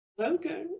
okay